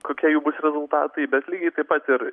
kokie jų bus rezultatai bet lygiai taip pat ir